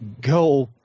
go